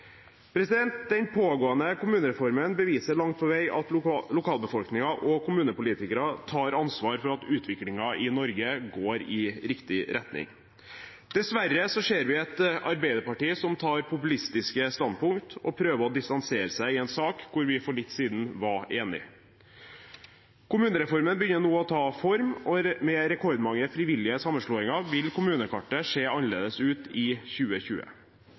Den pågående kommunereformen beviser langt på vei at lokalbefolkningen og kommunepolitikerne tar ansvar for at utviklingen i Norge går i riktig retning. Dessverre ser vi at Arbeiderpartiet tar populistiske standpunkter og prøver å distansere seg i en sak hvor vi for litt siden var enige. Kommunereformen begynner nå å ta form, og med rekordmange frivillige sammenslåinger vil kommunekartet se annerledes ut i 2020.